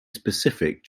specific